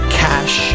cash